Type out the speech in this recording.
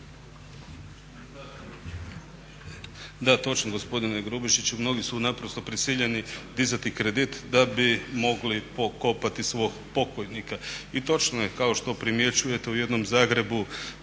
Da, točno gospodine Grubišiću mnogi su naprosto prisiljeni dizati kredit da bi mogli pokopati svog pokojnika. I točno je kao što primjećujete u jednom Zagrebu